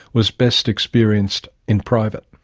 was best experienced in private.